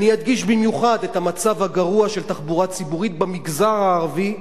אדגיש במיוחד את המצב הגרוע של התחבורה הציבורית במגזר הערבי,